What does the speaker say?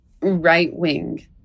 right-wing